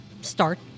start